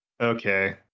Okay